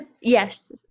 Yes